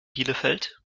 bielefeld